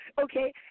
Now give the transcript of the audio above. Okay